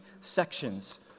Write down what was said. sections